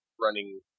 running